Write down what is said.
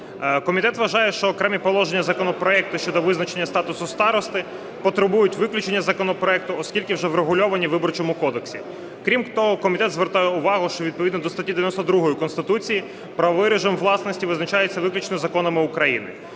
Комітет вважає, що окремі положення законопроекту щодо визначення статусу старости потребують виключення з законопроекту, оскільки вже врегульовані у Виборчому кодексі. Крім того, комітет звертає увагу, що відповідно до статті 92 Конституції правовий режим власності визначається виключно законами України.